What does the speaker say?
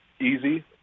easy